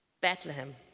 Bethlehem